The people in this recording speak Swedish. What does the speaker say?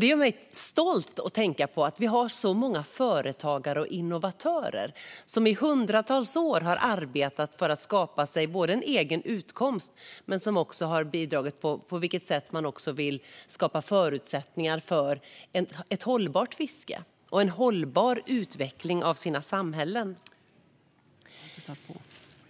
Det gör mig stolt att tänka på att vi har så många företagare och innovatörer som i hundratals år både har arbetat för att skapa sig en egen utkomst och också har bidragit till att skapa förutsättningar för ett hållbart fiske och en hållbar utveckling av sina samhällen.